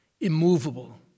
immovable